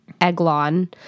Eglon